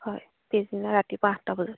হয় পিছদিনা ৰাতিপুৱা আঠটা বজাত